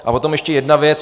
A potom ještě jedna věc.